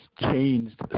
changed